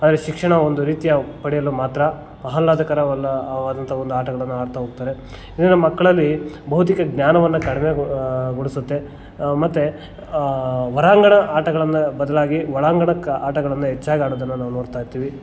ಆದರೆ ಶಿಕ್ಷಣ ಒಂದು ರೀತಿಯ ಪಡೆಯಲು ಮಾತ್ರ ಆಹ್ಲಾದಕರವಲ್ಲ ವಾದಂಥ ಒಂದು ಆಟಗಳನ್ನು ಆಡ್ತಾ ಹೋಗ್ತಾರೆ ಇಂದಿನ ಮಕ್ಳಲ್ಲಿ ಬೌದ್ಧಿಕ ಜ್ಞಾನವನ್ನು ಕಡಿಮೆ ಗೊಳಿಸತ್ತೆ ಮತ್ತು ಹೊಒರಾಂಗಣ ಆಟಗಳನ್ನು ಬದಲಾಗಿ ಒಳಾಂಗಣ ಆಟಗಳನ್ನು ಹೆಚ್ಚಾಗ್ ಆಡೋದನ್ನು ನಾವು ನೋಡ್ತಾ ಇರ್ತೀವಿ